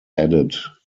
added